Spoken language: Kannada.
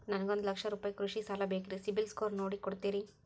ನನಗೊಂದ ಲಕ್ಷ ರೂಪಾಯಿ ಕೃಷಿ ಸಾಲ ಬೇಕ್ರಿ ಸಿಬಿಲ್ ಸ್ಕೋರ್ ನೋಡಿ ಕೊಡ್ತೇರಿ?